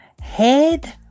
Head